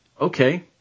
okay